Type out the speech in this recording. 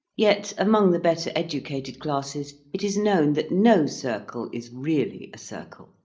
yet among the better educated classes it is known that no circle is really a circle,